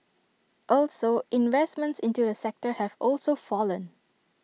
also investments into the sector have also fallen